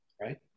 right